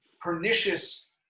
pernicious